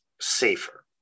safer